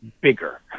bigger